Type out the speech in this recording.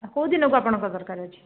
ଆଉ କେଉଁ ଦିନକୁ ଆପଣଙ୍କ ଦରକାର ଅଛି